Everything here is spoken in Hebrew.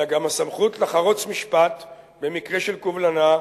אלא גם הסמכות לחרוץ משפט במקרה של קובלנה,